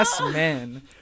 men